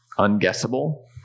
unguessable